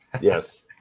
Yes